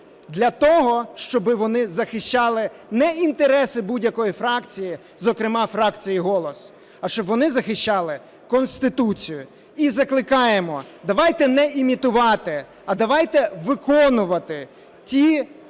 для того, щоб вони захищали не інтереси будь-якої фракції, зокрема фракції "Голос", а щоб вони захищали Конституцію. І закликаємо, давайте не імітувати, а давайте виконувати ті